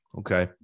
okay